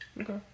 okay